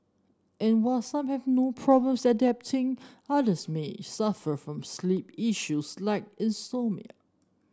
and while some have no problems adapting others may suffer from sleep issues like insomnia